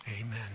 Amen